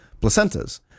placenta's